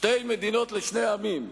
שתי מדינות לשני עמים,